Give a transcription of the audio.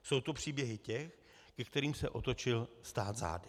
Jsou to příběhy těch, ke kterým se otočil stát zády.